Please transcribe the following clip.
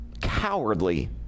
cowardly